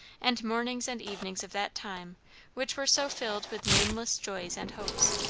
and mornings and evenings of that time which were so filled with nameless joys and hopes.